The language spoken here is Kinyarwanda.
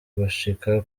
gucika